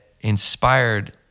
inspired